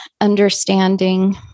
understanding